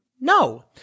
No